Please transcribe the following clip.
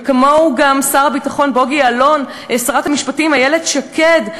וכמוהו שר הביטחון בוגי יעלון ושרת המשפטים איילת שקד.